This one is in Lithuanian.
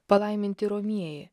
palaiminti romieji